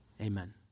Amen